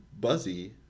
buzzy